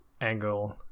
angle